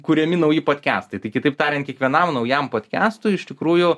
kuriami nauji podkestai tai kitaip tariant kiekvienam naujam podkestui iš tikrųjų